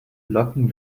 locken